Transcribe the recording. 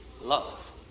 love